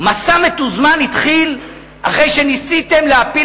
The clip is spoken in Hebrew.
מסע מתוזמן התחיל אחרי שניסיתם להפיל